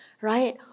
right